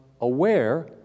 aware